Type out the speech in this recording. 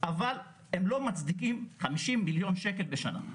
אבל הם לא מצדיקים 50 מיליון שקל בשנה.